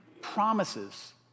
promises